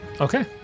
Okay